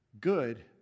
good